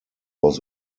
was